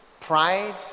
pride